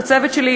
לצוות שלי,